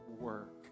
work